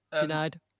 Denied